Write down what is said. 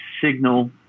signal